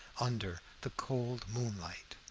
under the cold moonlight.